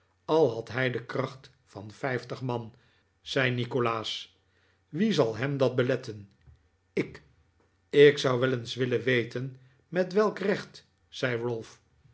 al had hij de kracht van vijftig man zei nikolaas wie zal hem dat beletten ik ik zou wel eens willen weten met welk recht zei